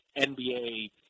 NBA